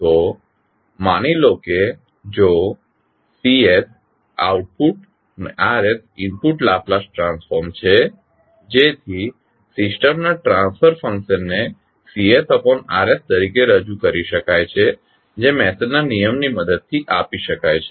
તો માની લો કે જો Cઆઉટપુટ અને R ઇનપુટ લાપ્લાસ ટ્રાન્સફોર્મ છે જેથી સિસ્ટમના ટ્રાન્સફર ફંક્શનને CR તરીકે રજૂ કરી શકાય છે જે મેસનના નિયમની મદદથી આપી શકાય છે